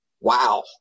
Wow